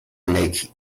make